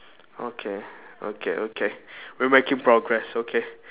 okay okay okay we're making progress okay